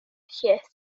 lles